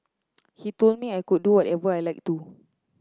he told me I could do whatever I like too